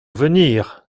venir